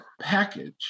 package